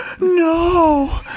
no